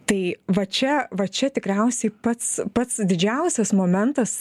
tai va čia va čia tikriausiai pats pats didžiausias momentas